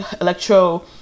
electro